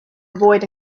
avoid